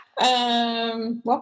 welcome